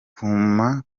kuma